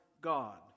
God